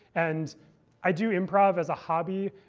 and i do improv as a hobby